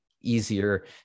easier